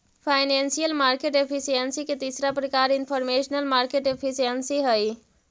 financial market efficiency के तीसरा प्रकार इनफॉरमेशनल मार्केट एफिशिएंसी हइ